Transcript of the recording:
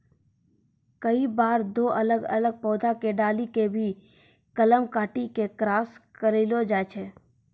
कई बार दो अलग अलग पौधा के डाली कॅ भी कलम काटी क क्रास करैलो जाय छै